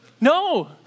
No